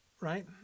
right